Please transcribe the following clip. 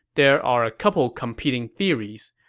there are a couple competing theories.